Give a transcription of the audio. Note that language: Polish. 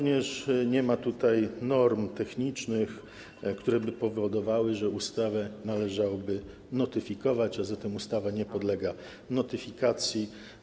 Nie ma tutaj również norm technicznych, które by powodowały, że ustawę należałoby notyfikować, a zatem ustawa nie podlega notyfikacji.